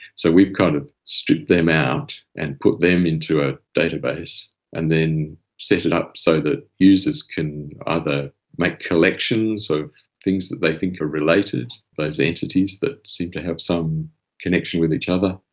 so we've kind of stripped them out and put them into a database and then set it up so that users can either make collections of things that they think are related, those entities that seem to have some connection with each other,